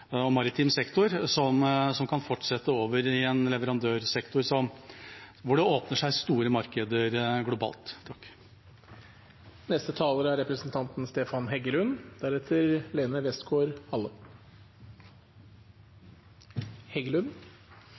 og maritim sektor, som kan fortsette over i en leverandørsektor hvor det åpner seg store markeder globalt.